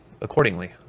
Accordingly